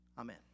Amen